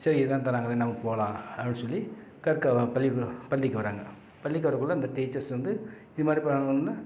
சரி இதெல்லாம் தராங்களே நம்மி போகலாம் அப்படின் சொல்லி கற்க பள்ளிக்கு பள்ளிக்கு வராங்க பள்ளிக்கு வரக்குள்ள இந்த டீச்சர்ஸ் வந்து இதுமாதிரி பண்ணணும்னால்